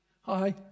Hi